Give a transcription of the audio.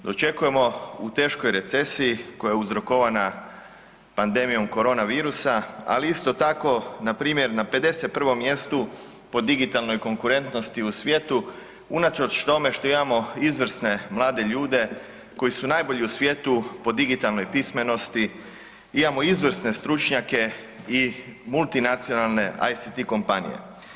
Dočekujemo u teškoj recesiji koja je uzrokovana pandemijom korona virusa, ali isto tako npr. na 51. mjestu po digitalnoj konkurentnosti u svijetu unatoč tome što imamo izvrsne mlade ljude koji su najbolji u svijetu po digitalnoj pismenosti, imamo izvrsne stručnjake i multinacionalne ICT kompanije.